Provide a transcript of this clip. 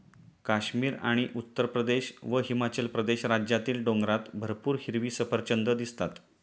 काश्मीर आणि उत्तरप्रदेश व हिमाचल प्रदेश राज्यातील डोंगरात भरपूर हिरवी सफरचंदं दिसतात